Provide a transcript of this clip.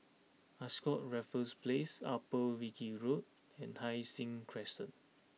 Ascott Raffles Place Upper Wilkie Road and Hai Sing Crescent